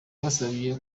twasabye